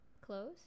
close